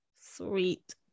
Sweet